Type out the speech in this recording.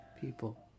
people